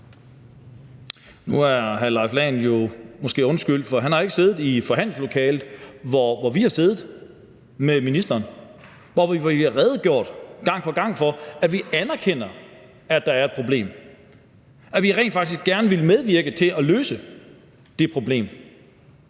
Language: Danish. Nu er hr. Leif Lahn Jensen jo måske undskyldt, for han har ikke siddet i forhandlingslokalet, hvor vi har siddet med ministeren, hvor vi fik redegjort for gang på gang, at vi anerkender, at der er et problem, og at vi rent faktisk gerne vil medvirke til at løse det problem.